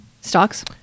Stocks